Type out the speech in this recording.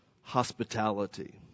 hospitality